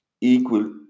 equal